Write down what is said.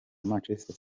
manchester